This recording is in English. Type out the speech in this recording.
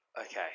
Okay